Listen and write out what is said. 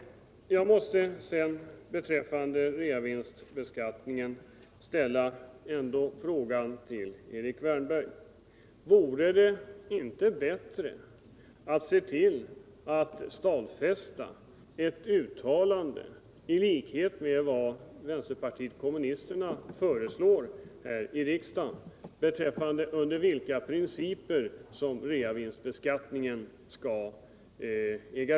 Jag måste beträffande reavinstbeskattningen ställa följande fråga till Erik Wärnberg: Vore det inte bättre att, såsom vänsterpartiet kommunisterna föreslår i sin motion här i riksdagen, i ett uttalande stadfästa vilka principer reavinstbeskattningen skall följa?